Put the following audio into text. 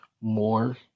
more